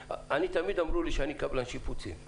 תמיד אמרו לי שאני קבלן שיפוצים,